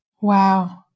Wow